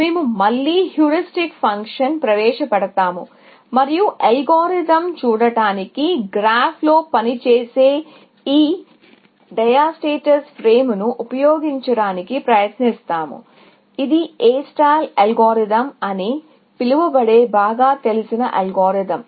మేము మళ్ళీ హ్యూరిస్టిక్ ఫంక్షన్ను ప్రవేశపెడతాము మరియు అల్గోరిథం చూడటానికి గ్రాఫ్లో పనిచేసే ఈ డయాస్టేస్ ఫ్రేమ్ను ఉపయోగించడానికి ప్రయత్నిస్తాము ఇది A అల్గోరిథం అని పిలువబడే బాగా తెలిసిన అల్గోరిథం